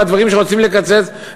דברים שרוצים לקצץ,